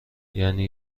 یعنی